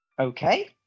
Okay